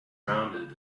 rounded